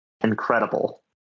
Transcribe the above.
incredible